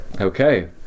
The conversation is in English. okay